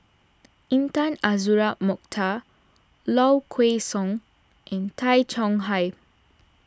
Intan Azura Mokhtar Low Kway Song and Tay Chong Hai